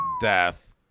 death